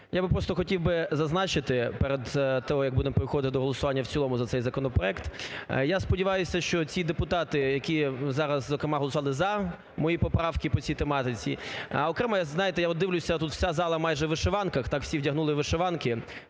Я би просто хотів зазначити перед тим, як будемо виходити до голосування в цілому за цей законопроект. Я сподіваюсь, що ці депутати, які зараз зокрема голосували за мої поправки по цій тематиці. Окремо, знаєте, я, от, дивлюсь, тут вся зала майже у вишиванках. Так, всі вдягнули вишиванки,